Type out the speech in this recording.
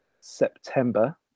September